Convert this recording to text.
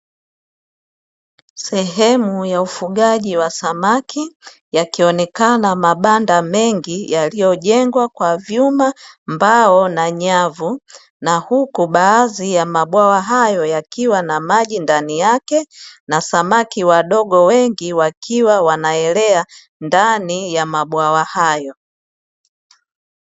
Sehemu ya ufugaji wa samaki yakionekana mabanda mengi yaliyojengwa kwa vyuma, mbao na nyavu na huku baadhi ya mabwawa hayo yakiwa na maji ndani yake na samaki wadogo wengi wakiwa wanaelea ndani ya mabwawa hayo.